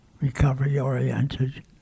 recovery-oriented